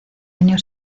año